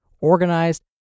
organized